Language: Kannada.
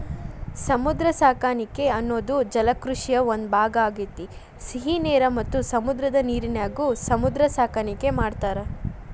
ಸಮುದ್ರ ಸಾಕಾಣಿಕೆ ಅನ್ನೋದು ಜಲಕೃಷಿಯ ಒಂದ್ ಭಾಗ ಆಗೇತಿ, ಸಿಹಿ ನೇರ ಮತ್ತ ಸಮುದ್ರದ ನೇರಿನ್ಯಾಗು ಸಮುದ್ರ ಸಾಕಾಣಿಕೆ ಮಾಡ್ತಾರ